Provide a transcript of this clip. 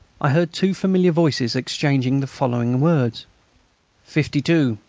i heard two familiar voices exchanging the following words fifty-two.